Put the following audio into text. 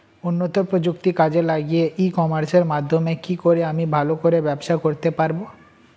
উন্নত প্রযুক্তি কাজে লাগিয়ে ই কমার্সের মাধ্যমে কি করে আমি ভালো করে ব্যবসা করতে পারব?